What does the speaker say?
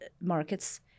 markets